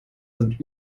sind